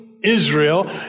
Israel